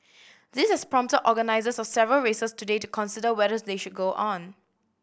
this has prompted organisers of several races today to consider whether they should go on